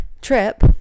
trip